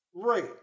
Right